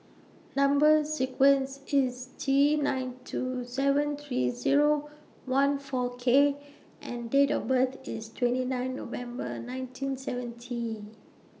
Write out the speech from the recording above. Number sequence IS T nine two seven three Zero one four K and Date of birth IS twenty nine November nineteen seventy